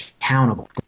accountable